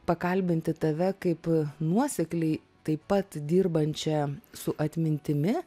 pakalbinti tave kaip nuosekliai taip pat dirbančią su atmintimi